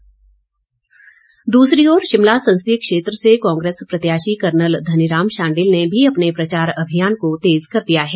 शांडिल शिमला संसदीय क्षेत्र से कांग्रेस प्रत्याशी कर्नल धनीराम शांडिल ने भी अपने प्रचार अभियान को तेज कर दिया है